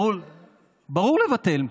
את זה כן לבטל,